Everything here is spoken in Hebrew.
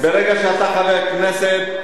ברגע שאתה חבר כנסת,